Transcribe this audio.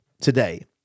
today